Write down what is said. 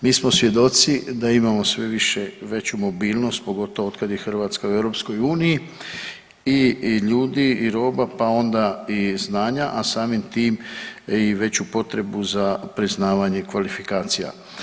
Mi smo svjedoci da imamo sve više, veću mobilnost, pogotovo otkad je Hrvatska u EU i, i ljudi i roba, pa onda i znanja, a samim tim i veću potrebu za priznavanjem kvalifikacija.